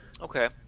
Okay